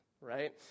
right